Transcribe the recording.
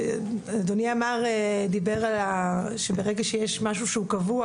אדוני דיבר על זה שברגע שיש משהו שהוא קבוע,